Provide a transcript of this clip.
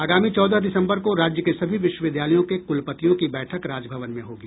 आगामी चौदह दिसम्बर को राज्य के सभी विश्वविद्यालयों के कुलपतियों की बैठक राजभवन में होगी